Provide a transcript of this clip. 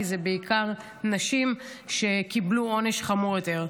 כי זה בעיקר נשים שקיבלו עונש חמור יותר.